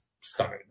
stunning